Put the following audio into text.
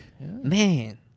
man